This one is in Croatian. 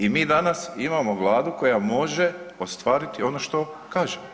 I mi danas imamo Vladu koja može ostvariti ono što kaže.